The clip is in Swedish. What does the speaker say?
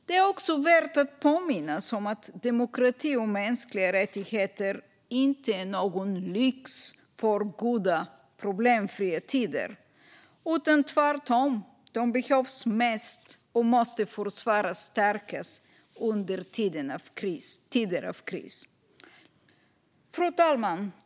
Det är också värt att påminna om att demokrati och mänskliga rättigheter inte är någon lyx för goda, problemfria tider, utan tvärtom behövs de mest och måste försvaras som mest under tider av kris. Fru talman!